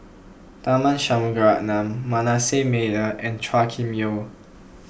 Tharman Shanmugaratnam Manasseh Meyer and Chua Kim Yeow